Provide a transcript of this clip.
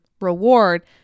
reward